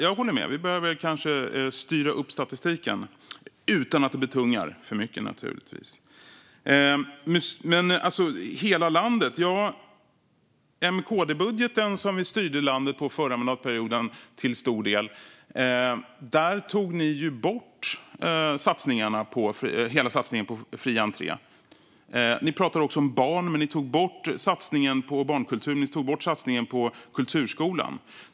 Jag håller med: Vi behöver kanske styra upp statistiken - utan att det betungar för mycket, naturligtvis. Annicka Engblom talar om hela landet. I M-KD-budgeten som vi styrde landet på under en stor del av förra mandatperioden tog ni ju bort hela satsningen på fri entré. Ni talar om barn, men ni tog bort satsningen på barnkultur och på kulturskolan.